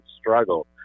struggle